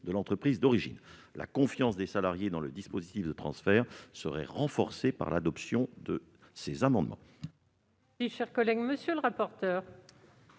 de l'entreprise d'origine. La confiance des salariés dans le dispositif de transfert serait renforcée par l'adoption de ces amendements